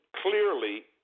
clearly